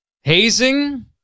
hazing